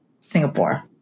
Singapore